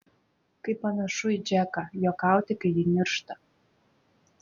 kaip panašu į džeką juokauti kai ji niršta